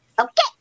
okay